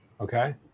okay